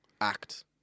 Act